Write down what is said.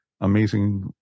amazing